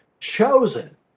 chosen